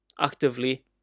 actively